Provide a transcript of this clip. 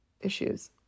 issues